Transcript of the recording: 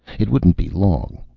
it wouldn't be long.